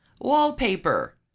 wallpaper